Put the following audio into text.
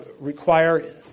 require